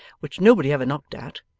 which nobody ever knocked at,